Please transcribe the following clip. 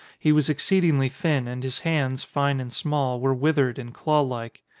he was exceedingly thin, and his hands, fine and small, were withered and claw-like.